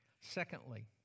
Secondly